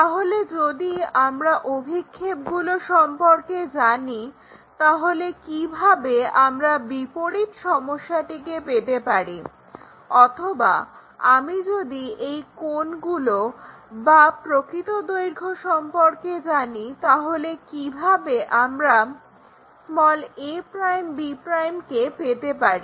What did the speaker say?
তাহলে যদি আমরা অভিক্ষেপগুলো সম্পর্কে জানি তাহলে কিভাবে আমরা বিপরীত সমস্যাটিকে পেতে পারি অথবা আমি যদি এই কোণগুলো এবং প্রকৃত দৈর্ঘ্য সম্পর্কে জানি তাহলে কিভাবে আমরা a'b' কে পেতে পারি